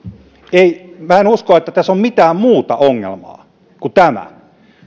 en usko että tässä on mitään muuta ongelmaa kuin tämä